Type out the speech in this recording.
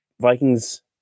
Vikings